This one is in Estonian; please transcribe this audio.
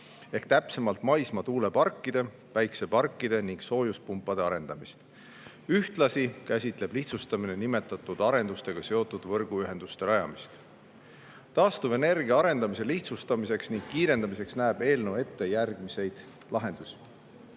ehk täpsemalt maismaa tuuleparkide, päikseparkide ning soojuspumpade arendamist. Ühtlasi [hõlmab] lihtsustamine nimetatud arendustega seotud võrguühenduste rajamist. Taastuvenergia arendamise lihtsustamiseks ja kiirendamiseks näeb eelnõu ette järgmisi lahendusi.